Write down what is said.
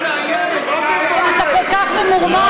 אתה כל כך ממורמר.